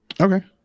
Okay